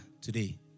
today